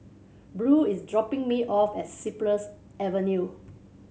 Beau is dropping me off at Cypress Avenue